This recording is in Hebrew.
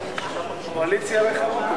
(סמכויות אכיפה, חיפוש בגוף